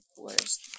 worst